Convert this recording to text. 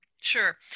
Sure